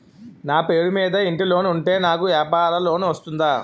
నా పేరు మీద ఇంటి లోన్ ఉంటే నాకు వ్యాపార లోన్ వస్తుందా?